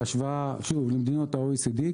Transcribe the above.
בהשוואה למדינות ה-OECD,